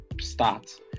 start